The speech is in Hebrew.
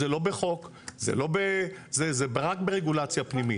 זה לא בחוק, זה רק ברגולציה פנימית.